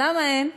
למה אין?